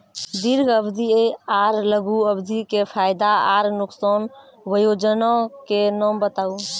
दीर्घ अवधि आर लघु अवधि के फायदा आर नुकसान? वयोजना के नाम बताऊ?